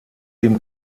dem